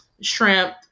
shrimp